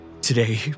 Today